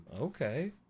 Okay